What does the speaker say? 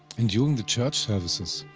and during the church services,